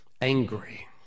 Angry